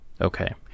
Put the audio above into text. Okay